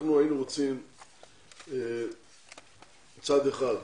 היינו רוצים מצד אחד,